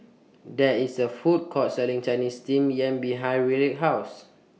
There IS A Food Court Selling Chinese Steamed Yam behind Ryleigh's House